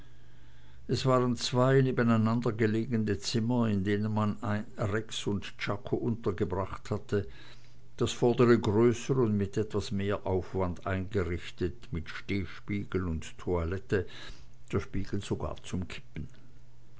es waren zwei nebeneinandergelegene zimmer in denen man rex und czako untergebracht hatte das vordere größer und mit etwas mehr aufwand eingerichtet mit stehspiegel und toilette der spiegel sogar zum kippen